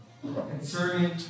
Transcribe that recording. concerning